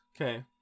Okay